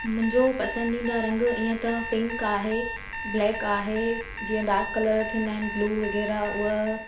मुंहिंजो पसंदिदा रंग इअं त पिंक आहे ब्लैक आहे जीअं डार्क कलर थींदा आहिनि ब्लू वग़ैरह उहा